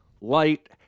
light